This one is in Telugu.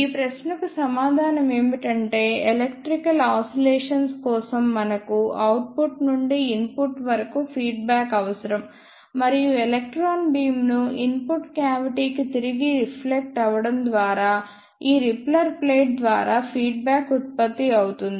ఈ ప్రశ్నకు సమాధానం ఏమిటంటే ఎలక్ట్రికల్ ఆసిలేషన్స్ కోసం మనకు అవుట్పుట్ నుండి ఇన్పుట్ వరకు ఫీడ్బ్యాక్ అవసరం మరియు ఎలక్ట్రాన్ బీమ్ ను ఇన్పుట్ క్యావిటీ కి తిరిగి రిఫ్లెక్ట్ అవడం ద్వారా ఈ రిపెల్లర్ ప్లేట్ ద్వారా ఫీడ్బ్యాక్ ఉత్పత్తి అవుతుంది